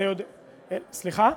סליחה?